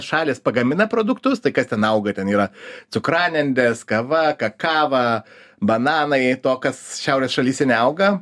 šalys pagamina produktus tai kas ten auga ten yra cukranendrės kava kakava bananai to kas šiaurės šalyse neauga